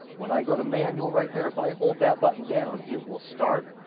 when i go to manual right there. if i hold that button down, it will start.